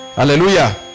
Hallelujah